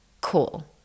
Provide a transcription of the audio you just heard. Cool